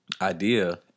idea